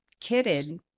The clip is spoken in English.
kitted